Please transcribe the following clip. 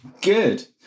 Good